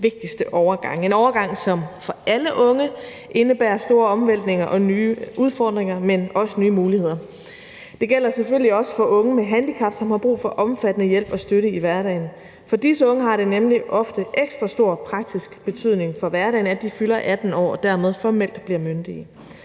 vigtigste overgange; en overgang, som for alle unge indebærer store omvæltninger og nye udfordringer, men også nye muligheder. Det gælder selvfølgelig også for unge med handicap, som har brug for omfattende hjælp og støtte i hverdagen. For disse unge har det nemlig ofte ekstra stor praktisk betydning for hverdagen, at de fylder 18 år, og dermed formelt bliver myndige.